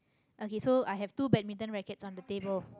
okay so i have two badminton rackets on the table